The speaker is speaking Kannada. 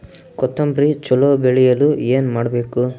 ಕೊತೊಂಬ್ರಿ ಚಲೋ ಬೆಳೆಯಲು ಏನ್ ಮಾಡ್ಬೇಕು?